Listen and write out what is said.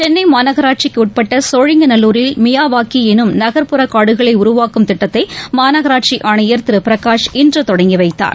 சென்னைமாநகராட்சிக்குஉட்பட்டசோழிங்கநல்லூரில் மியாவாக்கிஎனும் நகர்ப்புற காடுகளைஉருவாக்கும் திட்டத்தைமாநகராட்சிஆணையர் திருபிரகாஷ் இன்றுதொடங்கிவைத்தார்